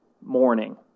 morning